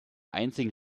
einzigen